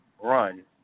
run